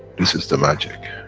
this is the magic.